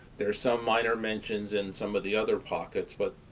there are some minor mentions in some of the other pockets. but,